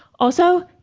also,